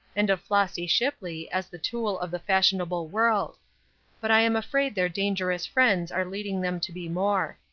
and of flossy shipley as the tool of the fashionable world but i am afraid their dangerous friends are leading them to be more.